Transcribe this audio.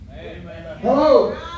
Hello